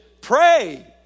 pray